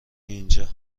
اینجا